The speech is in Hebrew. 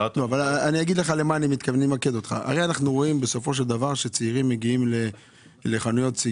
הרי אנחנו רואים את הצעיר שמגיע לחנות והמוכר מוכר לו את